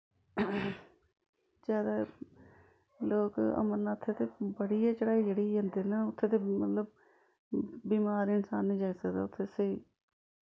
जादै लोक अमरनाथैं ते बड़ी गै चढ़ाई चड़ियै जंदे न उत्थें ते मतलव बिमार इंसान निं जाई सकदा उत्थे स्हेई